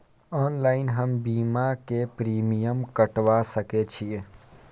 Online हम बीमा के प्रीमियम कटवा सके छिए?